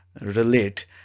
relate